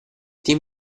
team